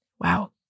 Wow